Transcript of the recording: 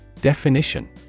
Definition